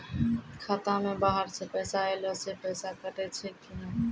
खाता मे बाहर से पैसा ऐलो से पैसा कटै छै कि नै?